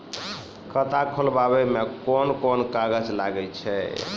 खाता खोलावै मे कोन कोन कागज लागै छै?